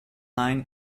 line